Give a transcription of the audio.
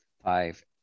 Five